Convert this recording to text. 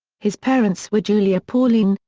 his parents were julia pauline,